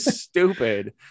stupid